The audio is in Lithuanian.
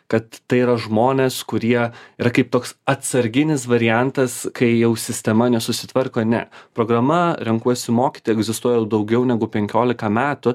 kad tai yra žmonės kurie yra kaip toks atsarginis variantas kai jau sistema nesusitvarko ne programa renkuosi mokyti egzistuoja jau daugiau negu penkiolika metų